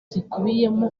zikubiyemo